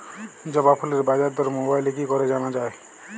জবা ফুলের বাজার দর মোবাইলে কি করে জানা যায়?